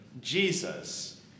Jesus